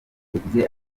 yagize